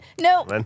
no